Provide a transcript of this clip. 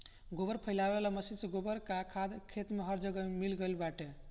गोबर फइलावे वाला मशीन से गोबर कअ खाद खेत में हर जगह मिल गइल बाटे